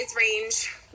range